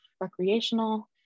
recreational